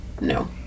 No